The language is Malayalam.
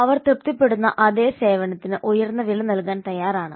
അവർ തൃപ്തിപ്പെടുന്ന അതേ സേവനത്തിന് ഉയർന്ന വില നൽകാൻ തയ്യാറാണ്